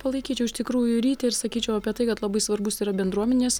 palaikyčiau iš tikrųjų rytį ir sakyčiau apie tai kad labai svarbus yra bendruomenės